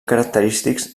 característics